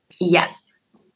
yes